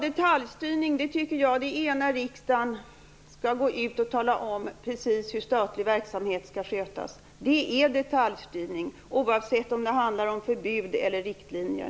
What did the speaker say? Detaljstyrning tycker jag att det är när riksdagen skall tala om precis hur statlig verksamhet skall skötas. Det är detaljstyrning, oavsett om det handlar om förbud eller riktlinjer.